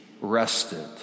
rested